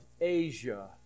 Asia